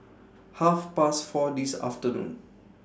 Half Past four This afternoon